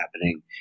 happening